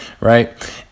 right